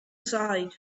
side